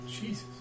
Jesus